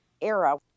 era